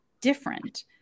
different